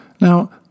Now